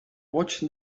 watched